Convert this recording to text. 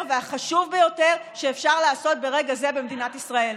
והחשוב ביותר שאפשר לעשות ברגע זה במדינת ישראל.